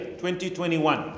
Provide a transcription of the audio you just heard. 2021